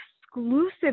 exclusive